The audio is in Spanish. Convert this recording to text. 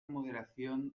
moderación